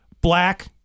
Black